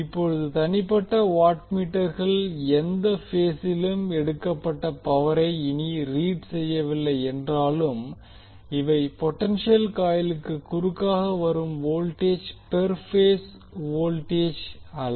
இப்போது தனிப்பட்ட வாட்மீட்டர்கள் எந்த பேசிலும் எடுக்கப்பட்ட பவரை இனி ரீட் செய்யவில்லை என்றாலும் இவை பொடென்ஷியல் காயிளுக்கு குறுக்காக வரும் வோல்டேஜ் பெர் பேஸ் வோல்டேஜ் அல்ல